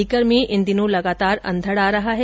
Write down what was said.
सीकर में इन दिनों लगातार अंधड आ रहा हैं